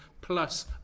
plus